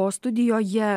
o studijoje